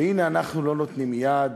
שהנה אנחנו לא נותנים יד,